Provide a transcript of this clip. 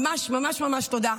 ממש ממש ממש תודה.